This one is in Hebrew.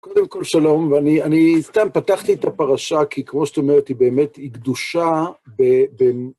קודם כל שלום, ואני אני סתם פתחתי את הפרשה, כי כמו שאת אומרת, היא באמת היא גדושה ב...